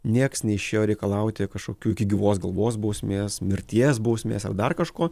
nieks neišėjo reikalauti kažkokių iki gyvos galvos bausmės mirties bausmės ar dar kažko